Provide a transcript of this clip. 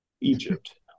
Egypt